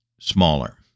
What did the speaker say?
smaller